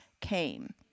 came